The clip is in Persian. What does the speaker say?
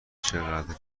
چقدر